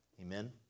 Amen